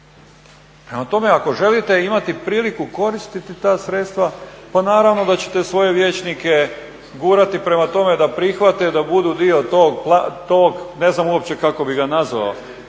ako želite imati priliku koristiti ta sredstva pa naravno da ćete svoje vijećnike gurati prema tome da prihvate, da budu dio tog, ne znam kako bi ga uopće nazvao,